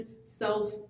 self